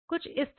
कुछ इस तरह